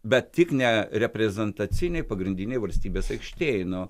bet tik ne reprezentacinėj pagrindinėj valstybės aikštėj nu